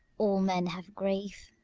all men have grief.